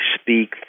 speak